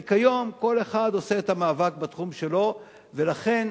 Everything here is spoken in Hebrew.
כי כיום כל אחד עושה את המאבק בתחום שלו, ולכן